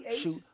shoot